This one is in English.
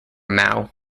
mao